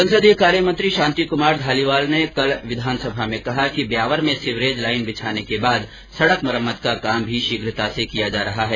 संसदीय कार्य मंत्री शांति कुमार धारीवाल ने कल विधानसभा में कहा कि ब्यावर में सीवरेज लाइन बिछाने के बाद सड़क मरम्मत का काम भी शीघ्रता से किया जा रहा है